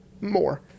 more